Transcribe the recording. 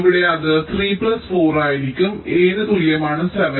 ഇവിടെ അത് 3 പ്ലസ് 4 ആയിരിക്കും A ന് തുല്യമാണ് 7